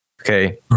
Okay